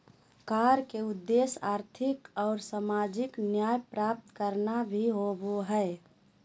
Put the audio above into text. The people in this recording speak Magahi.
कर के उद्देश्य आर्थिक और सामाजिक न्याय प्राप्त करना भी होबो हइ